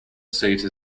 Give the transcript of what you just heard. seat